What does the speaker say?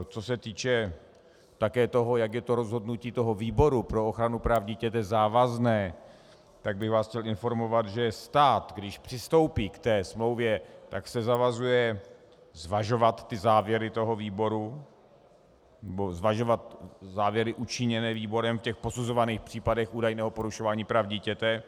Co se týče také toho, jak je rozhodnutí výboru pro ochranu práv dítěte závazné, tak bych vás chtěl informovat, že stát, když přistoupí ke smlouvě, tak se zavazuje zvažovat závěry výboru, nebo zvažovat závěry učiněné výborem v posuzovaných případech údajného porušování práv dítěte.